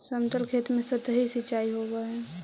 समतल खेत में सतही सिंचाई होवऽ हइ